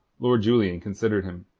lord julian considered him,